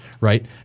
right